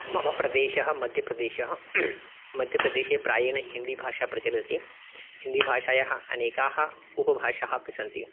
मम प्रदेशः मध्यप्रदेशः मध्यप्रदेशे प्रायेण हिन्दीभाषा प्रचलति हिन्दीभाषायाः अनेकाः उपभाषाः अपि सन्ति